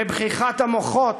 מבריחת המוחות?